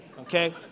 okay